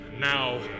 Now